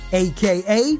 aka